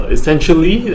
Essentially